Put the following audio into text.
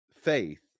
faith